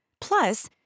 plus